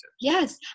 Yes